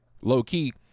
low-key